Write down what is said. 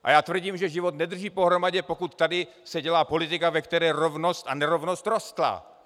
A já tvrdím, že život nedrží pohromadě, pokud se tady dělá politika, ve které rovnost a nerovnost rostla.